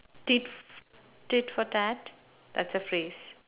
tit f~ tit for tat that's a phrase